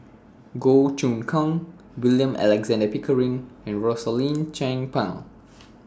Goh Choon Kang William Alexander Pickering and Rosaline Chan Pang